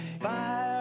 fire